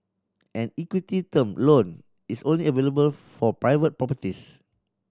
an equity term loan is only available for private properties